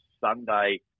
Sunday